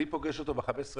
אני פוגש אותו ב-15 במרץ.